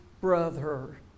brother